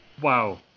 wow